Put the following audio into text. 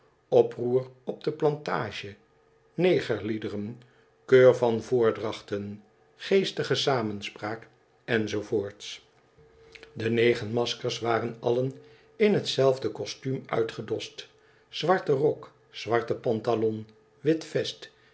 oproer op de plantage negerliederen keur van voordrachten geestige samenspraak enz de negen maskers waren allen in hetzelfde kostuum uitgedost zwarten rok zwarte pantalon wit vest